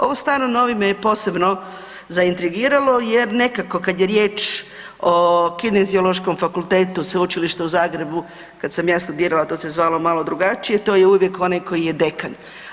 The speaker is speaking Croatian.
Ovo staro-novi me je posebno zaintrigiralo jer nekako kad je riječ o Kineziološkom fakultetu Sveučilišta u Zagrebu kada sam ja studiralo to se zvalo malo drugačije, to je uvijek onaj koji je dekan.